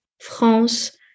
France